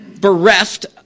bereft